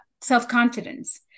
self-confidence